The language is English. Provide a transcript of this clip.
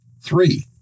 Three